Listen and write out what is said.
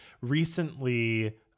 recently